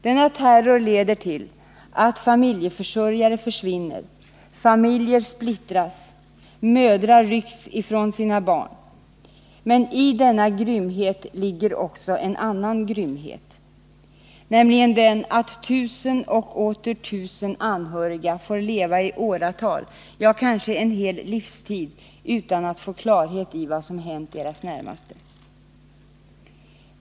Denna terror leder till att familjeförsörjare försvinner, familjer splittras, mödrar rycks från sina barn. Men i denna grymhet ligger också en annan grymhet, nämligen att tusen och åter tusen anhöriga får leva i åratal — ja, kanske en hel livstid — utan att få klarhet i vad som hänt deras närmaste.